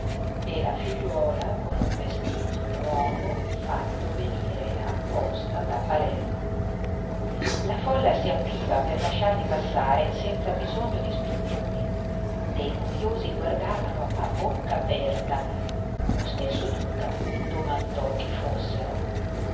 e la figliuola con un vestito nuovo fatto venire apposta da palermo la folla si apriva per lasciarli passare senza bisogno di spintoni dei curiosi guardavano a bocca aperta lo stesso duca domandò chi fossero